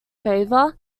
favour